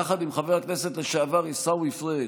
הגשתי יחד עם חבר הכנסת לשעבר עיסאווי פריג'